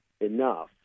enough